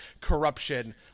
corruption